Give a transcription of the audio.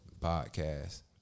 podcast